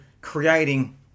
creating